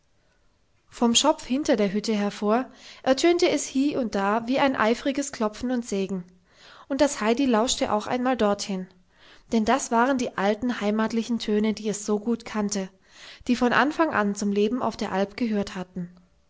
vom schopf hinter der hütte hervor ertönte es hie und da wie ein eifriges klopfen und sägen und das heidi lauschte auch einmal dorthin denn das waren die alten heimatlichen töne die es so gut kannte die von anfang an zum leben auf der alp gehört hatten